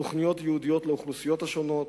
תוכניות ייעודיות לאוכלוסיות שונות,